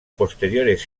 posteriores